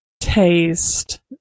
taste